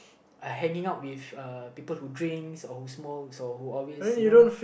uh hanging out with uh people who drinks or who smokes or who always you know